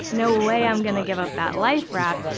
no way i'm gonna give up that life raft.